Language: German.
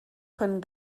können